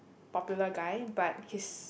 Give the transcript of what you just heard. popular guy but his